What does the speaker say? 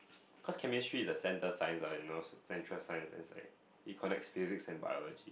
cause chemistry is the center science uh you know central science and is like it connects physics and biology